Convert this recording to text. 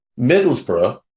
Middlesbrough